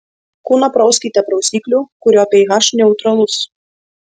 kūną prauskite prausikliu kurio ph neutralus